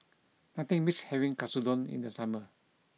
nothing beats having Katsudon in the summer